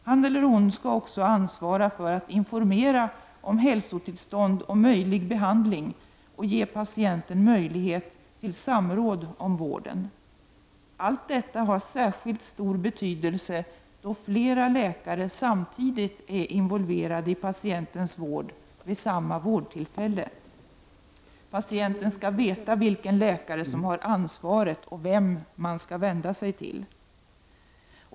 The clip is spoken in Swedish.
Han eller hon skall också ansvara för att informera om hälsotillstånd och möjlig behandling samt ge patienten möjlighet till samråd om vården. Allt detta har särskilt stor betydelse då flera läkare samtidigt är involverade i patientens vård vid samma vårdtillfälle. Patienten skall veta vilken läkare som har ansvaret och vem man skall vända sig till.